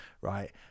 right